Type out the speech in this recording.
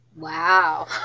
Wow